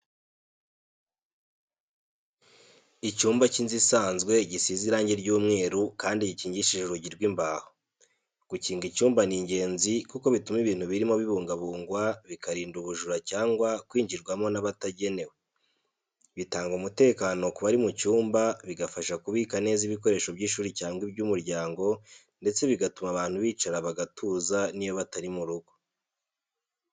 Icyumba cy'inzu isanzwe gisize irangi ry'umweru kandi gikingishije urugi rw'imbaho. Gukinga icyumba ni ingenzi kuko bituma ibintu birimo bibungwabungwa, bikarinda ubujura cyangwa kwinjirwamo n’abatagenewe. Bitanga umutekano ku bari mu cyumba, bigafasha kubika neza ibikoresho by’ishuri cyangwa iby’umuryango, ndetse bigatuma abantu bicara bagatuza n'iyo batari mu rugo.